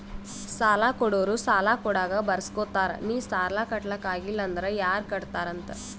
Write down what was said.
ಸಾಲಾ ಕೊಡೋರು ಸಾಲಾ ಕೊಡಾಗ್ ಬರ್ಸ್ಗೊತ್ತಾರ್ ನಿ ಸಾಲಾ ಕಟ್ಲಾಕ್ ಆಗಿಲ್ಲ ಅಂದುರ್ ಯಾರ್ ಕಟ್ಟತ್ತಾರ್ ಅಂತ್